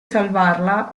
salvarla